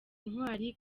intwari